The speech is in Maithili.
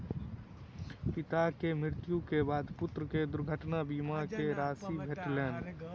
पिता के मृत्यु के बाद पुत्र के दुर्घटना बीमा के राशि भेटलैन